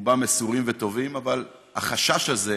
רובם מסורים וטובים, אבל החשש הזה,